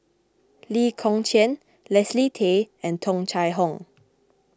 Lee Kong Chian Leslie Tay and Tung Chye Hong